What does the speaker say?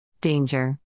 Danger